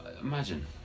Imagine